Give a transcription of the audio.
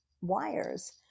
wires